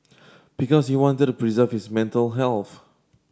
because he wanted to preserve his mental health